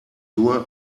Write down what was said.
nur